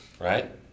Right